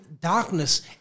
darkness